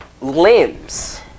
limbs